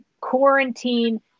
quarantine